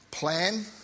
Plan